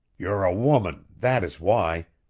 you're a woman that is why!